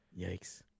Yikes